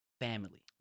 family